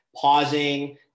pausing